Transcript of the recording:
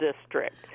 district